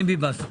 השר ביטון,